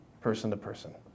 person-to-person